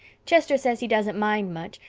chester says he doesn't mind much.